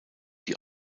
die